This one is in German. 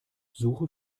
suche